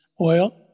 oil